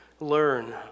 learn